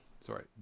Sorry